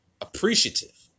appreciative